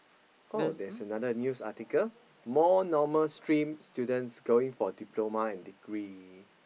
oh there's another news article more normal stream students going for diploma and degree